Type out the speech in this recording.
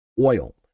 Oil